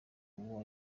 uwo